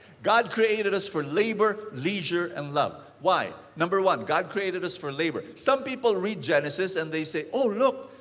god created us for labor, leisure and love. why? number one, god created us for labor. some people read genesis and they say, oh look,